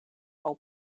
whole